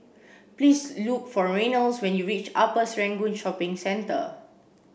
please look for Reynolds when you reach Upper Serangoon Shopping Centre